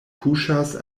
puŝas